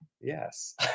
yes